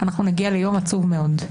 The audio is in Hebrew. נגיע ליום עצוב מאוד,